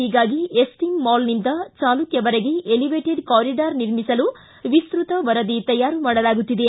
ಹೀಗಾಗಿ ಎಸ್ಟೀಮ್ ಮಾಲ್ನಿಂದ ಚಾಲುಕ್ಥವರೆಗೆ ಎಲಿವೇಟೆಡ್ ಕಾರಿಡಾರ್ ನಿರ್ಮಿಸಲು ವಿಸ್ತೃತ ವರದಿ ತಯಾರು ಮಾಡಲಾಗುತ್ತಿದೆ